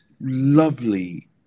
lovely